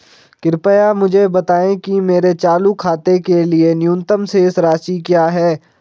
कृपया मुझे बताएं कि मेरे चालू खाते के लिए न्यूनतम शेष राशि क्या है